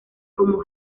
como